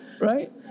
Right